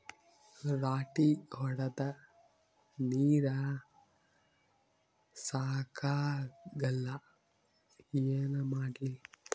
ರಾಟಿ ಹೊಡದ ನೀರ ಸಾಕಾಗಲ್ಲ ಏನ ಮಾಡ್ಲಿ?